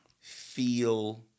feel